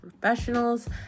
professionals